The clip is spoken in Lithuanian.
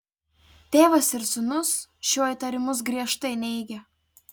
tėvas ir sūnus šiuo įtarimus griežtai neigia